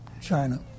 China